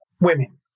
women